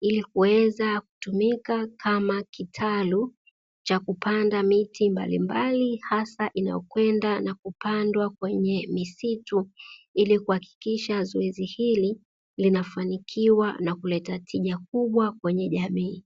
ili kuweza kutumika kama kitalu cha kupanda miti mbalimbali, hasa inayokwenda na kupandwa kwenye misitu ili kuhakikisha zoezi hili linafanikiwa na kuleta tija kubwa kwenye jamii.